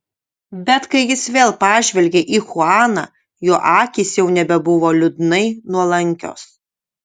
bet kai jis vėl pažvelgė į chuaną jo akys jau nebebuvo liūdnai nuolankios